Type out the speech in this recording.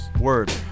Word